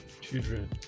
children